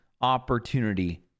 opportunity